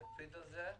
אקפיד על זה ביסודיות.